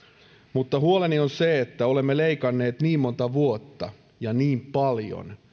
mutta huoleni on se että olemme leikanneet niin monta vuotta ja niin paljon